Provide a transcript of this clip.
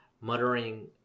muttering